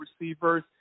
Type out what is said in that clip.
receivers